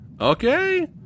Okay